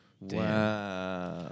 Wow